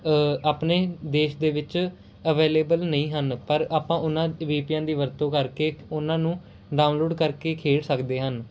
ਅ ਆਪਣੇ ਦੇਸ਼ ਦੇ ਵਿੱਚ ਅਵੇਲੇਬਲ ਨਹੀਂ ਹਨ ਪਰ ਆਪਾਂ ਉਹਨਾਂ ਵੀ ਪੀ ਐਨ ਦੀ ਵਰਤੋਂ ਕਰਕੇ ਉਹਨਾਂ ਨੂੰ ਡਾਊਨਲੋਡ ਕਰਕੇ ਖੇਡ ਸਕਦੇ ਹਨ